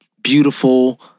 Beautiful